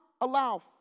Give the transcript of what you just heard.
allow